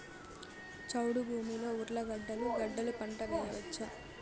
చౌడు భూమిలో ఉర్లగడ్డలు గడ్డలు పంట వేయచ్చా?